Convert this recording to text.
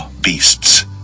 beasts